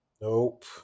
nope